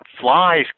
Flies